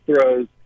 throws